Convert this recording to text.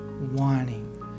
wanting